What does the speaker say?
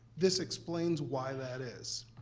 this explains why that is.